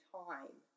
time